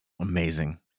Amazing